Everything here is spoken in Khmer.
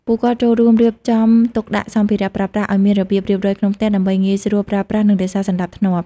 ពួកគាត់ចូលរួមរៀបចំទុកដាក់សម្ភារៈប្រើប្រាស់ឲ្យមានរបៀបរៀបរយក្នុងផ្ទះ ដើម្បីងាយស្រួលប្រើប្រាស់និងរក្សាសណ្ដាប់ធ្នាប់។